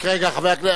רק רגע, חבר הכנסת.